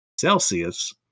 Celsius